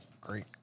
great